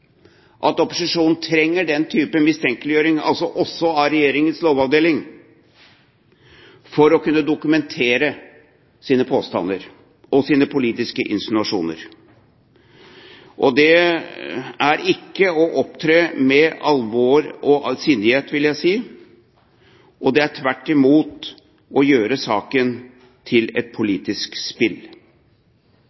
at opposisjonen trenger den type mistenkeliggjøring også av regjeringens lovavdeling for å kunne dokumentere sine påstander og politiske insinuasjoner. Det er ikke å opptre med alvor og sindighet, vil jeg si. Det er tvert imot å gjøre saken til et